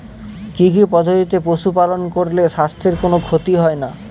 কি কি পদ্ধতিতে পশু পালন করলে স্বাস্থ্যের কোন ক্ষতি হয় না?